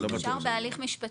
אפשר בהליך משפטי.